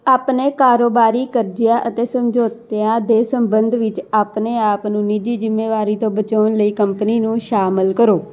ਆਪਣੇ ਕਾਰੋਬਾਰੀ ਕਰਜ਼ਿਆਂ ਅਤੇ ਸਮਝੌਤਿਆਂ ਦੇ ਸੰਬੰਧ ਵਿੱਚ ਆਪਣੇ ਆਪ ਨੂੰ ਨਿੱਜੀ ਜ਼ਿੰਮੇਵਾਰੀ ਤੋਂ ਬਚਾਉਣ ਲਈ ਕੰਪਨੀ ਨੂੰ ਸ਼ਾਮਲ ਕਰੋ